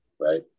right